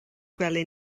gwely